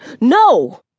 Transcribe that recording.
No